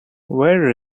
where